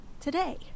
today